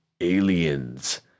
aliens